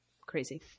Crazy